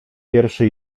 wierszy